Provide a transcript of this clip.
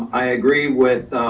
i agree with